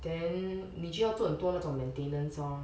then 你就要做多那种 maintenance lor